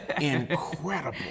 incredible